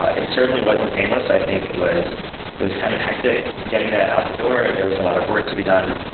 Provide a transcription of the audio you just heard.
ah it certainly wasn't painless. i think it was it was kind of hectic getting that out the door, there was a lot of work to be done,